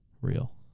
Real